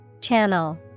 Channel